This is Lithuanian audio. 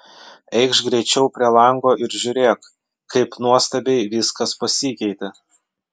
eikš greičiau prie lango ir žiūrėk kaip nuostabiai viskas pasikeitė